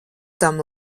tam